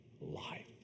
life